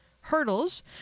hurdles